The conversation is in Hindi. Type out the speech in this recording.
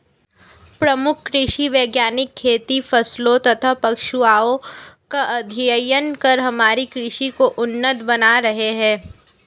प्रमुख कृषि वैज्ञानिक खेती फसलों तथा पशुओं का अध्ययन कर हमारी कृषि को उन्नत बना रहे हैं